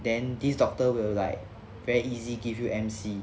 then this doctor will like very easy give you M_C